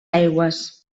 aigües